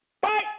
bye